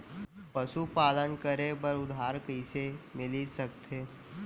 पशुपालन करे बर उधार कइसे मिलिस सकथे?